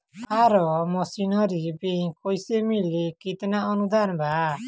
Form machinery बैक कैसे मिली कितना अनुदान बा?